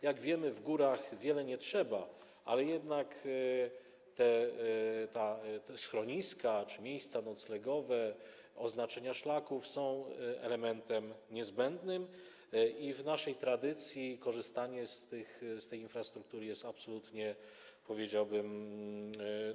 Jak wiemy, w górach wiele nie trzeba, ale jednak schroniska czy miejsca noclegowe, oznaczenia szlaków są elementem niezbędnym i w naszej tradycji korzystanie z tej infrastruktury jest absolutnie ważne.